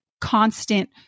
constant